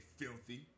filthy